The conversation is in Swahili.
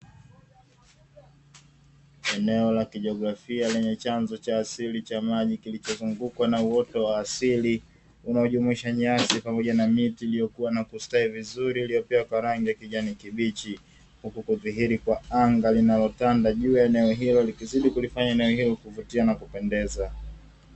Eneo la kijiografia lenye chanzo cha asili cha maji kilicho zungukwa na uoto wa asili unaojumuisha nyasi pamoja na miti iliyokuwa na kustawi vizuri iliyopea kwa rangi ya kijani kibichi, huku kudhiri kwa anga linalotanda juu ya eneo hilo likizidi kulifanya kuvutia na kupendeza.